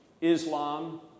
Islam